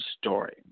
story